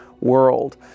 world